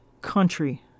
country